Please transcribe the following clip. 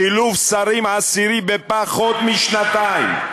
חילוף שרים עשירי בפחות משנתיים.